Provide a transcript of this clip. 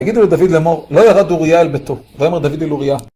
הגידו לדוד לאמור, לא ירד אוריה אל ביתו, ויאמר דוד אל אוריה,